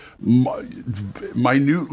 minutely